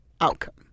outcome